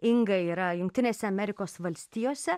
inga yra jungtinėse amerikos valstijose